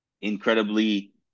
incredibly